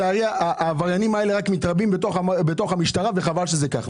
לצערי העבריינים האלה רק מתרבים בתוך המשטרה וחבל שזה כך.